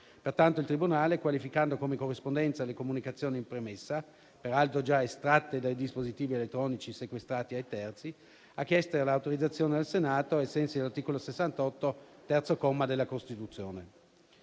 Pertanto il tribunale, qualificando come corrispondenza le comunicazioni in premessa, peraltro già estratte dai dispositivi elettronici sequestrati ai terzi, ha chiesto l'autorizzazione del Senato, ai sensi dell'articolo 68, terzo comma, della Costituzione.